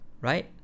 right